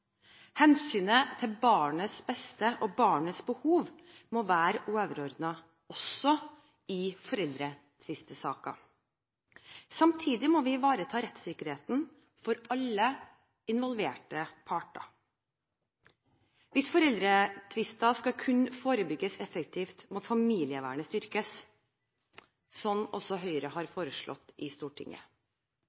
Hensynet til barnets beste og barnets behov må være overordnet også i foreldretvistesaker. Samtidig må vi ivareta rettssikkerheten for alle involverte parter. Hvis foreldretvister skal kunne forebygges effektivt, må familievernet styrkes, slik som Høyre også har foreslått i Stortinget.